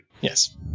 Yes